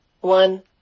One